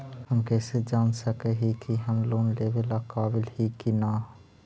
हम कईसे जान सक ही की हम लोन लेवेला काबिल ही की ना?